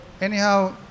anyhow